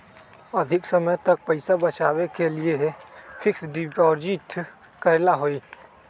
अधिक समय तक पईसा बचाव के लिए फिक्स डिपॉजिट करेला होयई?